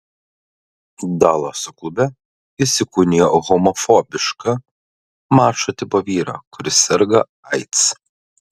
dalaso klube jis įkūnijo homofobišką mačo tipo vyrą kuris serga aids